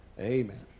Amen